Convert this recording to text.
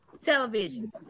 Television